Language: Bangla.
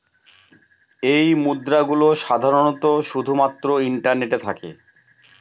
এই মুদ্রা গুলো সাধারনত শুধু মাত্র ইন্টারনেটে থাকে